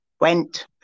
went